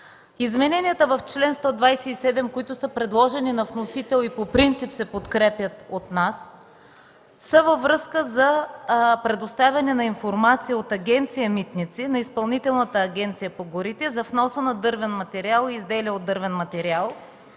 Измененията в чл. 127, които са предложени по вносител и по принцип се подкрепят от нас, са във връзка за предоставяне на информация от Агенция „Митници” на Изпълнителната агенция по горите за вноса на дървен материал и изделия от дървен материал,